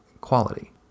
quality